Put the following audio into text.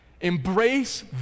Embrace